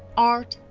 art,